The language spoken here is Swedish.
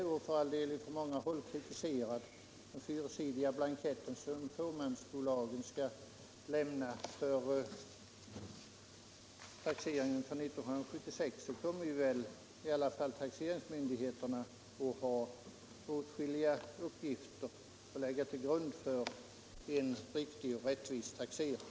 Men med den fyrsidiga blankett som fåmansbolagen skall använda vid taxeringen för 1976 — låt vara att det har framförts kritik mot den — kommer taxeringsmyndigheterna att ha åtskilliga uppgifter att lägga till grund för taxeringen, så att den kan bli riktig och rättvis.